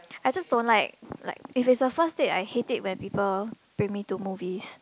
I just don't like like it is the first date I hate it when people bring me to movies